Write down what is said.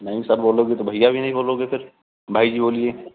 नहीं सर बोलोगे तो भैया भी नहीं बोलोगे फिर भाई जी बोलिए